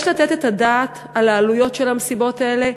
יש לתת את הדעת על העלויות של המסיבות האלה,